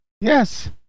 yes